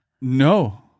no